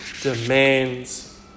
demands